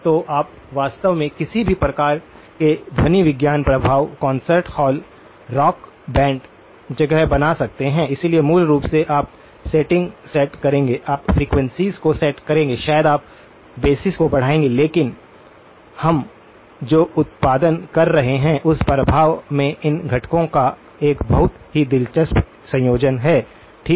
तो आप वास्तव में किसी भी प्रकार के ध्वनि विज्ञान प्रभाव कॉन्सर्ट हॉल रॉक बैंड जगह बना सकते हैं इसलिए मूल रूप से आप सेटिंग सेट करेंगे आप फ्रीक्वेंसीयों को सेट करेंगे शायद आप बासइस को बढ़ाएंगे लेकिन हम जो उत्पादन कर रहे हैं उस प्रभाव में इन घटकों का एक बहुत ही दिलचस्प संयोजन है ठीक है